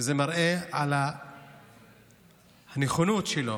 וזה מראה על ה"נכונות" שלו